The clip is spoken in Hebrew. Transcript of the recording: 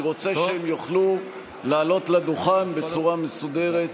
אני רוצה שהם יוכלו לעלות לדוכן בצורה מסודרת.